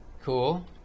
Cool